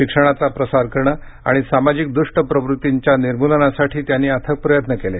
शिक्षणाचा प्रसार करणं आणि सामाजिक दुष्ट प्रवृत्तींच्या निर्मूलनासाठी त्यांनी अथक प्रयत्न केले